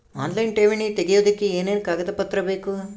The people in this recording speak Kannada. ಆನ್ಲೈನ್ ಠೇವಣಿ ತೆಗಿಯೋದಕ್ಕೆ ಏನೇನು ಕಾಗದಪತ್ರ ಬೇಕು?